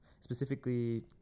specifically